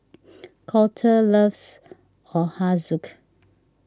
Colter loves Ochazuke